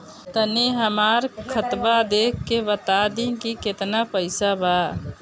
तनी हमर खतबा देख के बता दी की केतना पैसा बा?